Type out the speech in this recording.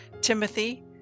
Timothy